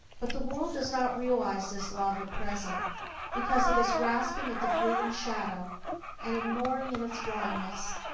but the world does not realize this love at present because it is grasping at the fleeting shadow and ignoring, in its blindness,